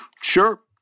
Sure